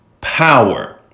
power